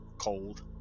cold